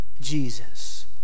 Jesus